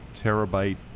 terabyte